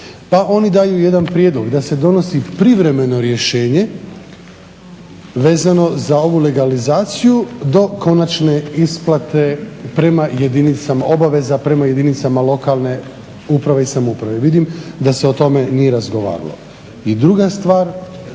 Pa oni daju jedan prijedlog da se donosi privremeno rješenje vezano za ovu legalizaciju do konačne isplate obaveza prema jedinicama lokalne uprave i samouprave. Vidim da se o tome nije razgovaralo. I druga stvar